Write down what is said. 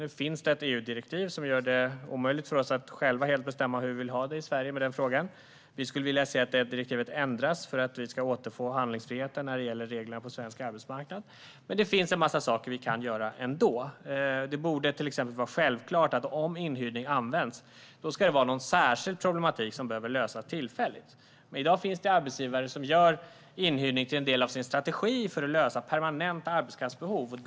Nu finns det ett EU-direktiv som gör det omöjligt för oss att själva helt bestämma hur vi vill ha det i Sverige med den frågan. Vi skulle vilja se att detta direktiv ändras för att vi ska återfå handlingsfriheten när det gäller reglerna på svensk arbetsmarknad. Det finns ändå en massa saker som vi kan göra. Det borde till exempel vara självklart att inhyrning endast används vid särskild problematik som behöver lösas tillfälligt. I dag finns det arbetsgivare som gör inhyrning till en del av sin strategi för att tillgodose permanenta arbetskraftsbehov.